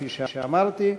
כפי שאמרתי.